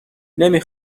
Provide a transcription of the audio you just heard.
نمی